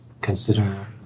consider